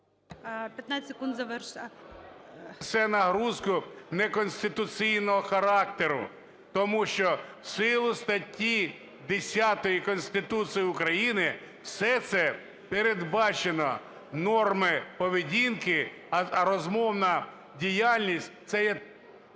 15 секунд, завершуйте. НІМЧЕНКО В.І. …нагрузку неконституційного характеру, тому що в силу статті 10 Конституції України все це передбачено – норми поведінки, а розмовна діяльність – це є…